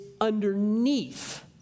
underneath